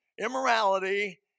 Immorality